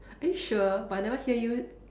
are you sure but I never hear you